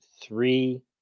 three